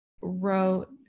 wrote